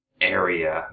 Area